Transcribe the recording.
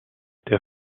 der